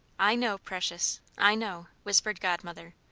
i know, precious i know, whispered godmother.